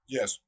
Yes